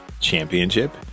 Championship